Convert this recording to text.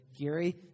Gary